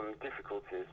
difficulties